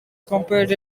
compared